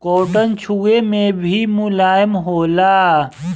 cotton छुवे मे भी मुलायम होला